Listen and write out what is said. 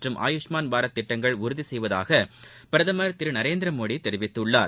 மற்றும் அபுஷ்மான் பாரத் திட்டங்கள் உறுதி செய்வதாக பிரதமர் திரு நரேந்திரமோடி தெரிவித்துள்ளார்